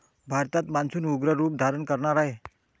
भारतात मान्सून उग्र रूप धारण करणार आहे